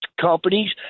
companies